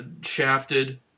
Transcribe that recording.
shafted